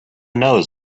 knows